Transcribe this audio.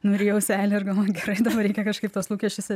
nurijau seilę ir galvoju gerai dabar reikia kažkaip tuos lūkesčius